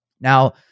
Now